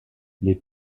les